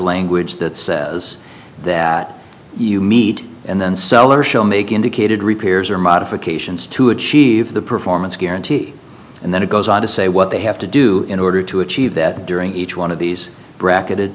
language that says that you meet and then sell or shall make indicated repairs or modifications to achieve the performance guarantee and then it goes on to say what they have to do in order to achieve that during each one of these bracket